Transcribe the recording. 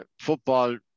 football